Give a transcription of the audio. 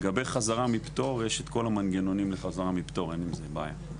לגבי חזרה מפטור- יש את כל המנגנונים לחזרה מפטור אין עם זה בעיה.